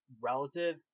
relative